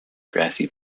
grassy